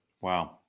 Wow